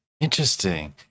Interesting